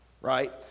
right